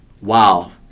Wow